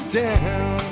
down